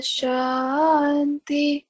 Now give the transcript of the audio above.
shanti